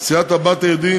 סיעת הבית היהודי,